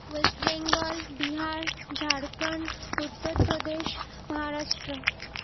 West Bengal Bihar Jharkhand Uttar Pradesh Maharashtra